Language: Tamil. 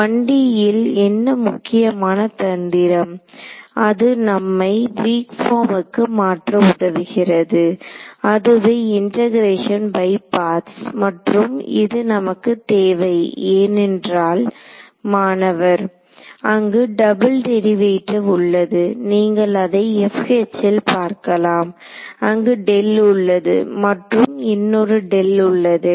1D ல் என்ன முக்கியமான தந்திரம் அது நம்மை வீக் பார்முக்கு மாற்ற உதவுகிறது அதுவே இன்டெக்ரேஷன் பை பார்ட்ஸ் மற்றும் இது நமக்கு தேவை ஏனென்றால் மாணவர் அங்கு டபுள் டெரிவேட்டிவ் உள்ளது நீங்கள் அதை ல் பார்க்கலாம் அங்கு உள்ளது மற்றும் இன்னொரு உள்ளது